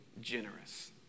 generous